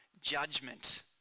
judgment